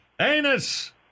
anus